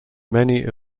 many